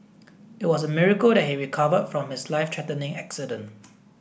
it was a miracle that he recover from his life threatening accident